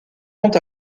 ont